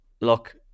Look